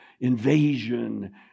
invasion